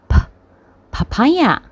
Papaya